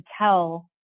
tell